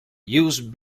used